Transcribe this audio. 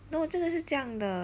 no 就是这样的